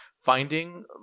finding